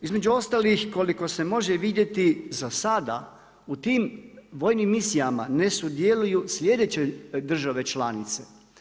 Između ostalih koliko se može vidjeti zasada, u tim vojnim misijama, ne sudjeluju slijedeće države članice.